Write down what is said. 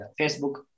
Facebook